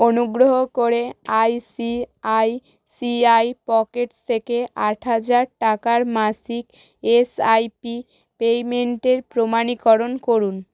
অনুগ্রহ করে ICICI Pockets থেকে আট হাজার টাকার মাসিক এসআইপি পেমেন্টের প্রমাণীকরণ করুন